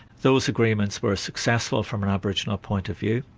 those agreements were successful from an aboriginal point of view.